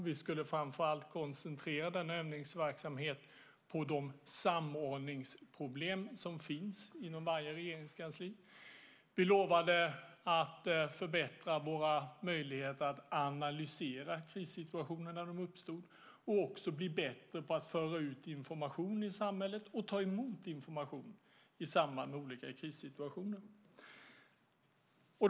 Vi skulle framför allt koncentrera denna övningsverksamhet på de samordningsproblem som finns inom varje regeringskansli. Man lovade att förbättra våra möjligheter att analysera krissituationerna när de uppstod och också bli bättre på att föra ut information i samhället och ta emot information i samband med olika krissituationer.